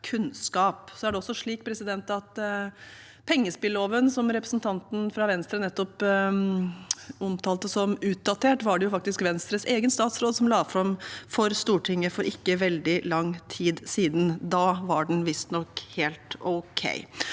ønsker den type kunnskap. Pengespilloven, som representanten fra Venstre nettopp omtalte som utdatert, var det faktisk Venstres egen statsråd som la fram for Stortinget for ikke veldig lang tid siden. Da var den visstnok helt ok.